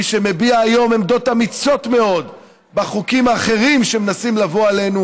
מי שמביע היום עמדות אמיצות מאוד בחוקים האחרים שמנסים להביא עלינו,